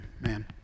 man